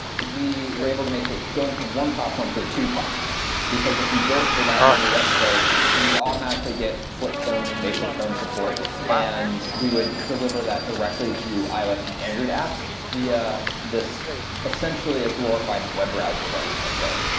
we were able to make going from one platform to two platforms. because if you built for that mobile website, you would automatically get flip phone and basic phone support and we would deliver that directly to ios and android apps via essentially a glorified web browser that we had built.